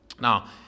Now